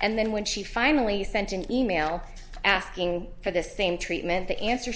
and then when she finally sent an email asking for the same treatment the answer